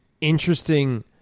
interesting